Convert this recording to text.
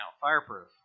Fireproof